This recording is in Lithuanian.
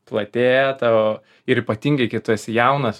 platėja tavo ir ypatingai kai tu esi jaunas